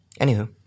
Anywho